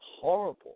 horrible